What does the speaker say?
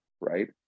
Right